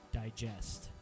digest